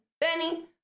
Benny